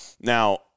Now